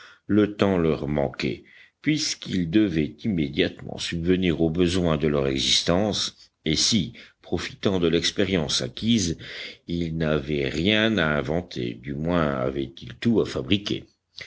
le temps leur manquait puisqu'ils devaient immédiatement subvenir aux besoins de leur existence et si profitant de l'expérience acquise ils n'avaient rien à inventer du moins avaient-ils tout à fabriquer